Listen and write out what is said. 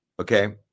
Okay